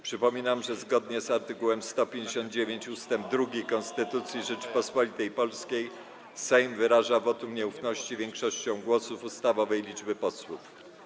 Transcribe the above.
Przypominam, że zgodnie z art. 159 ust. 2 Konstytucji Rzeczypospolitej Polskiej Sejm wyraża wotum nieufności większością głosów ustawowej liczby posłów.